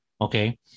okay